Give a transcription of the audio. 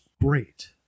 great